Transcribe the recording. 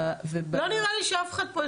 לא נראה לי שאף אחד פה,